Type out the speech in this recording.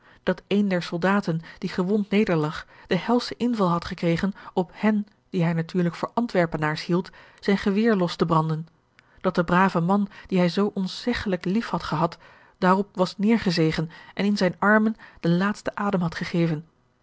dat een der soldaten die gewond nederlag den helschen inval had gekregen op hen die hij natuurlijk voor antwerpenaars hield zijn geweer los te branden dat de brave man dien hij zoo onzeggelijk lief had gehad daarop was neêrgezegen en in zijne armen den laatsten adem had gegeven